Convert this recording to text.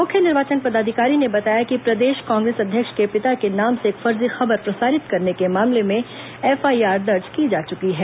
मुख्य निर्वाचन पदाधिकारी ने बताया कि प्रदेश कांग्रेस अध्यक्ष के पिता के नाम से एक फर्जी खबर प्रसारित करने के मामले में एफआईआर दर्ज की जा चुकी है